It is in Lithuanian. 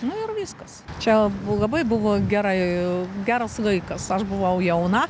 nu ir viskas čia bu labai buvo gerai geras laikas aš buvau jauna